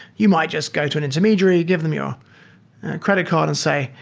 you might just go to an intermediary, give them your credit card and say,